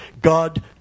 God